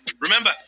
Remember